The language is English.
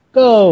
go